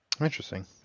Interesting